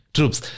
Troops